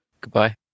Goodbye